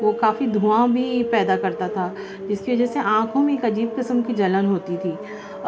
وہ کافی دھواں بھی پیدا کرتا تھا اس کی وجہ سے آنکھوں میں ایک عجیب قسم کی جلن ہوتی تھی